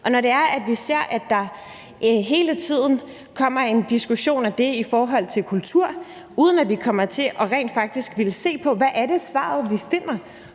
det her problem. Når vi ser, at der hele tiden kommer en diskussion af det i forhold til kultur, uden at vi rent faktisk vil se på, hvad det er for et svar, vi finder,